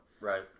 Right